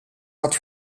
had